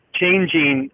changing